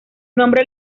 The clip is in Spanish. nombre